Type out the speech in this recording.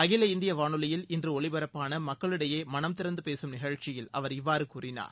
அகில இந்திய வானொலியில் இன்று ஒலிபரப்பான மக்களிடையே மனந்திறந்து பேசும் நிகழ்ச்சியில் அவர் இவ்வாறு கூறினார்